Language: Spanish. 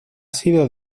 sido